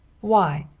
why?